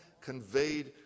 conveyed